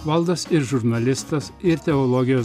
valdas ir žurnalistas ir teologijos